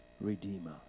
Redeemer